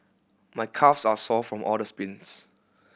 my calves are sore from all the sprints